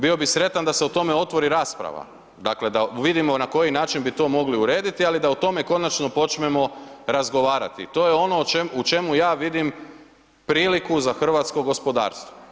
Bio bi sretan da se o tome otvori rasprava, dakle, da vidimo na koji način bi to mogli urediti, ali da o tome konačno počnemo razgovarati, to je ono u čemu ja vidim priliku za hrvatsko gospodarstvo.